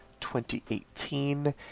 2018